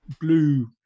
blue